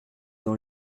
dans